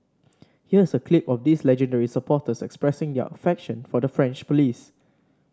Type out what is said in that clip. here's a clip of these legendary supporters expressing their affection for the French police